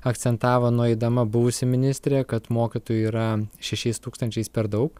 akcentavo nueidama buvusi ministrė kad mokytojų yra šešiais tūkstančiais per daug